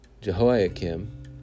Jehoiakim